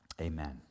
amen